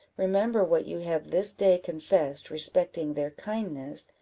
remember what you have this day confessed respecting their kindness,